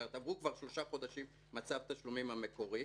זאת אומרת שעברו כבר שלושה חודשים מצו התשלומים המקורי,